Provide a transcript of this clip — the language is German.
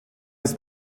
ist